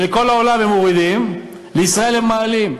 כשלכל העולם הם מורידים, לישראל הם מעלים.